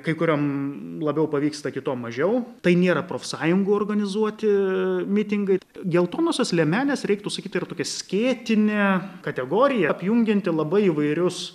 kai kuriam labiau pavyksta kito mažiau tai nėra profsąjungų organizuoti mitingai geltonosios liemenės reiktų sakyt yra tokia skėtinė kategorija apjungianti labai įvairius